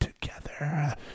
together